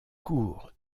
cour